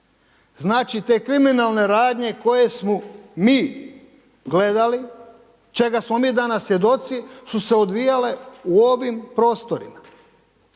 Znači, te kriminalne radnje koje smo mi gledali, čega smo mi danas svjedoci su se odvijale u ovim prostorima.